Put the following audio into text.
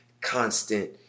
constant